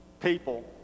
people